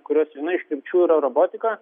kurios viena iš krypčių yra robotika